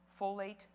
folate